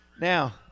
now